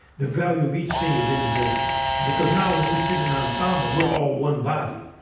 the value of each thing is indivisible because now when we sit in ensemble, we're all one body.